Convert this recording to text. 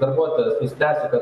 darbuotojas nuspręsiu kad